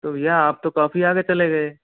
तो भैया आप तो काफ़ी आगे चले गए